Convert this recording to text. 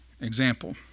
example